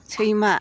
सैमा